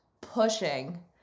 pushing